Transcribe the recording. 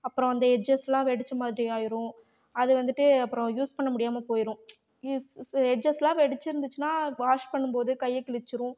அப்பறம் அந்த எஜ்ஜஸ்லாம் வெடிச்ச மாதிரி ஆயிடும் அது வந்துவிட்டு அப்பறம் யூஸ் பண்ண முடியாமல் போயிடும் யூஸ் எஜ்ஜஸ்லாம் வெடிச்சி இருந்துச்சுன்னா வாஷ் பண்ணும்போது கையை கிழிச்சிரும்